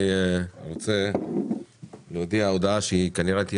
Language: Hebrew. אני רוצה להודיע הודעה שהיא כנראה תהיה